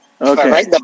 Okay